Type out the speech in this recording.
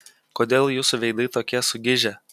kodėl jūsų veidai tokie sugižę